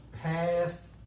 Past